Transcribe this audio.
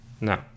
No